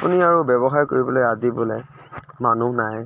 আপুনি আৰু ব্য়ৱসায় কৰিবলৈ আদি পেলাই মানুহ নাই